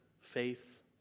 faith